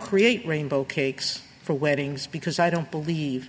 create rainbow cakes for weddings because i don't believe